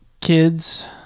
Kids